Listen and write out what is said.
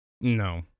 No